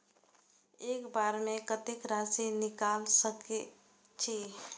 एक बार में कतेक राशि निकाल सकेछी?